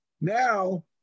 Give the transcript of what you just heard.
now